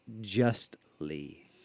justly